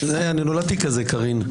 נולדתי כזה, קארין.